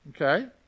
Okay